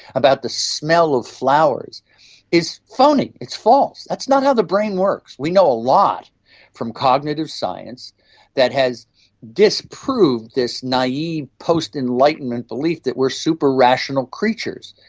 about the smell of flowers is phony, it's false, that's not how the brain works. we know a lot from cognitive science that has disproved this naive post-enlightenment belief that we are super-rational creatures.